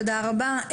תודה רבה.